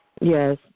Yes